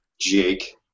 Jake